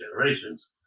generations